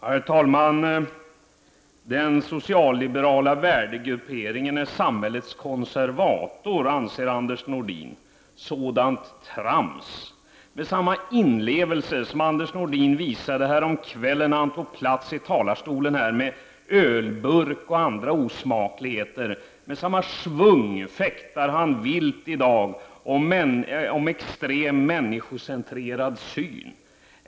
Herr talman! Den socialliberala värdegrupperingen är samhällets konservator, anser Anders Nordin. Sådant trams! Med samma inlevelse som Anders Nordin visade häromkvällen när han tog plats i talarstolen med ölburk och andra osmakligheter, med samma schvung fäktar han vilt i dag om extrem, människocentrerad syn.